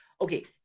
Okay